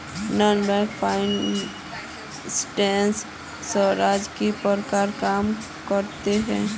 Non banking financial services किस प्रकार काम करोहो?